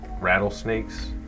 rattlesnakes